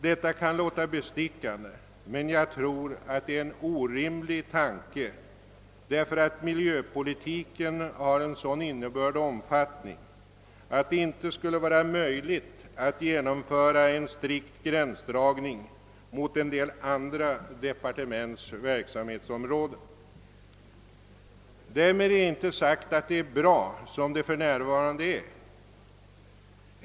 Detta kan låta bestickande, men jag tror att det är en orimlig tanke. Miljöpolitiken har en sådan innebörd och omfattning att det inte skulle vara möjligt att genomföra en strikt gränsdragning mot en del andra departements verksamhetsområden. Därmed är inte sagt att det för närvarande är bra ordnat.